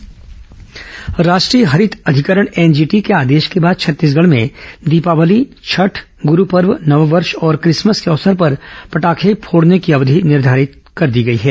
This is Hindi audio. एनजीटी फटाखा समय राष्ट्रीय हरित अधिकरण एनजीटी के आदेश के बाद छत्तीसगढ में दीपावली छठ ग्ररू पर्व नववर्ष और क्रिसमस के अवसर पर पटाखे फोड़ने की अवधि निर्घारित कर दी गई है